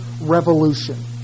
revolution